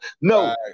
No